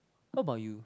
how about you